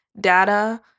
data